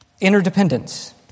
interdependence